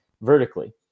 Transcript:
vertically